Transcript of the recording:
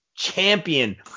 champion